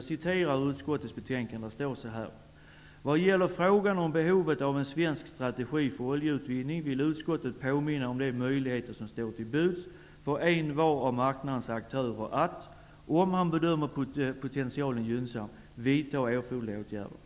Så här står det i utskottets betänkande: ''Vad härefter gäller frågan om behovet av en svensk strategi för oljeutvinning vill utskottet påminna om de möjligheter som står till buds för envar av marknadens aktörer att -- om han bedömer potentialen gynnsam -- vidta erforderliga åtgärder,